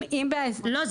לא,